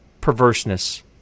perverseness